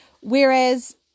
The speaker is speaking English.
whereas